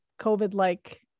COVID-like